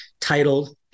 titled